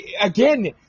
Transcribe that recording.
Again